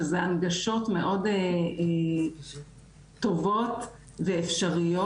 שזה הנגשות מאוד טובות ואפשריות.